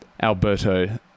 Alberto